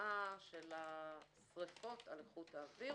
ההשפעה של השריפות על איכות האוויר.